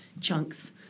chunks